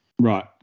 Right